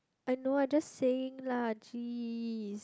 I know I just saying lah geez